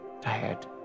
tired